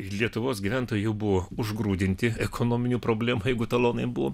lietuvos gyventojai jau buvo užgrūdinti ekonominių problemų jeigu talonai buvo